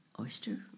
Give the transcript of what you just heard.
oyster